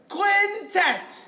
Quintet